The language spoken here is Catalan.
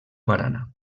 barana